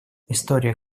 история